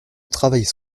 travaillait